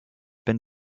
been